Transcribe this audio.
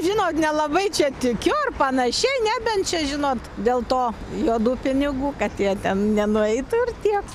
žinot nelabai čia tikiu ar panašiai nebent čia žinot dėl to juodų pinigų kad jie ten nenueitų ir tiek